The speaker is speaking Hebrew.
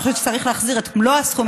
אני חושבת שצריך להחזיר את מלוא הסכום,